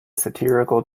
satirical